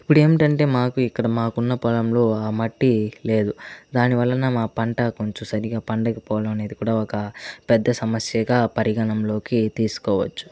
ఇప్పుడేంటంటే మాకు ఇక్కడ మాకున్న పొలంలో ఆ మట్టి లేదు దాని వలన మా పంట కొంచెం సరిగ్గా పండగ పోవడం అనేది కూడా ఒక పెద్ద సమస్యగా పరిగణంలోకి తీసుకోవచ్చు